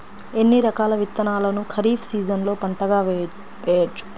ఎన్ని రకాల విత్తనాలను ఖరీఫ్ సీజన్లో పంటగా వేయచ్చు?